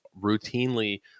routinely